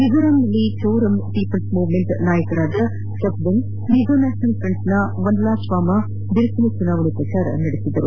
ಮಿಜೋರಾಂನಲ್ಲಿ Zoram people movement ನಾಯಕ ಸಪ್ದಂಗ Mizo national ಫ಼ಂಟ್ನ ವನ್ನಾಜಾಮ ಬಿರುಸಿನ ಚುನಾವಣೆ ಪ್ರಚಾರ ನಡೆಸಿದರು